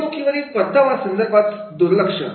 गुंतवणुकीवरील परतावा संदर्भात दुर्लक्ष